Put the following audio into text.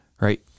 right